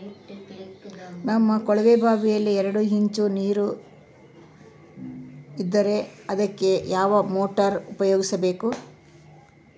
ನಮ್ಮ ಕೊಳವೆಬಾವಿಯಲ್ಲಿ ಎರಡು ಇಂಚು ನೇರು ಇದ್ದರೆ ಅದಕ್ಕೆ ಯಾವ ಮೋಟಾರ್ ಉಪಯೋಗಿಸಬೇಕು?